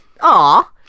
Aw